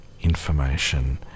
information